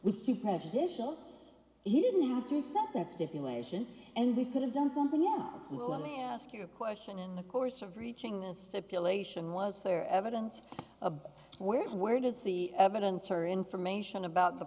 we see prejudicial he didn't have to accept that stipulation and we could have done something to let me ask you a question in the course of reaching this stipulation was there evidence of where where does the evidence or information about the